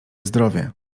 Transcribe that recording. zdrowie